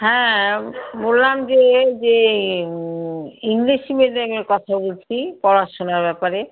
হ্যাঁ বললাম যে যে ইংলিশ মিডিয়ামের কথা বলছি পড়াশুনার ব্যাপারে